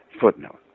Footnote